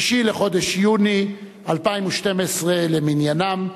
6 בחודש יוני 2012 למניינם,